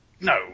no